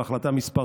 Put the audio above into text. בהחלטה מס'